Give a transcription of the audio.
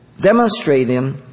demonstrating